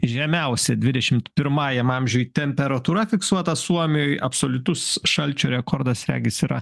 žemiausia dvidešimt pirmajam amžiuj temperatūra fiksuota suomijoj absoliutus šalčio rekordas regis yra